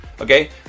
okay